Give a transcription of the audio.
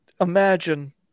imagine